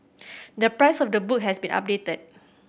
the price of the book has been updated